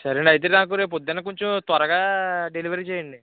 సరే అయితే నాకు రేపు పొదున్న కొంచెం త్వరగా డెలివరీ చేయండి